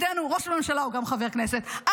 ראש ממשלה הוא גם חבר כנסת.